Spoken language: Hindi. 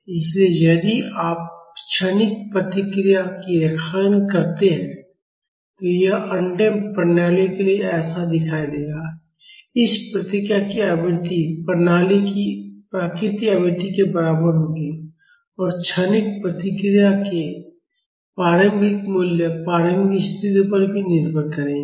इसलिए यदि आप क्षणिक प्रतिक्रिया की रेखांकन करते हैं तो यह अनडम्प्ड प्रणालियों के लिए ऐसा दिखाई देगा इस प्रतिक्रिया की आवृत्ति प्रणाली की प्राकृतिक आवृत्ति के बराबर होगी और क्षणिक प्रतिक्रिया के प्रारंभिक मूल्य प्रारंभिक स्थितियों पर भी निर्भर करेंगे